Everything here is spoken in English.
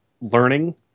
learning